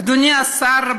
אדוני השר,